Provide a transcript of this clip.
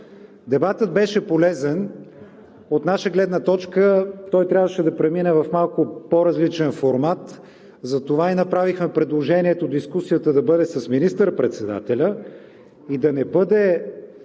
Дебатът беше полезен. От наша гледна точка той трябваше да премине в малко по-различен формат, затова направихме предложението дискусията да бъде с министър-председателя и да не бъде